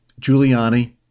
Giuliani